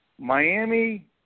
Miami